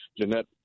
Jeanette